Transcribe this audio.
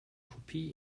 kopie